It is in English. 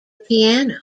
piano